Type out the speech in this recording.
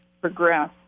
progress